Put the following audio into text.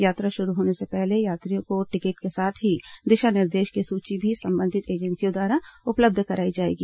यात्रा शुरू होने से पहले यात्रियों को टिकट के साथ ही दिशा निर्देशों की सूची भी संबंधित एजेंसियों द्वारा उपलब्ध कराई जाएगी